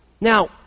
Now